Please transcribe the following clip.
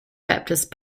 baptist